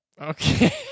Okay